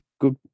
good